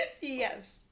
Yes